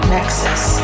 Nexus